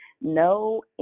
no